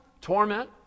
torment